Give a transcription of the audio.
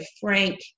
frank